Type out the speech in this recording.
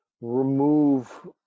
remove